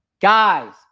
Guys